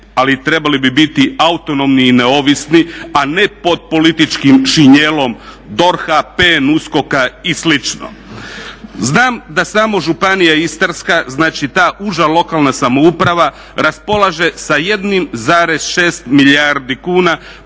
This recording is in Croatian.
ali trebali bi biti autonomni i neovisni, a ne pod političkim šinjelom DORH-a, PNUSKOK-a i slično. Znam da samo Županija Istarska, znači ta uža lokalna samouprava raspolaže sa 1,6 milijardi kuna